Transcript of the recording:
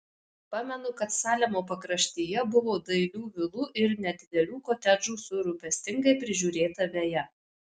pamenu kad salemo pakraštyje buvo dailių vilų ir nedidelių kotedžų su rūpestingai prižiūrėta veja